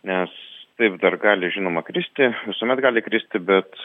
nes taip dar gali žinoma kristi visuomet gali kristi bet